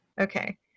Okay